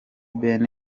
ben